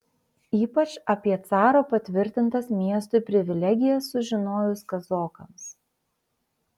ypač apie caro patvirtintas miestui privilegijas sužinojus kazokams